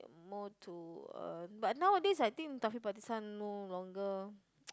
more to uh but nowadays I think Taufik Batisah no longer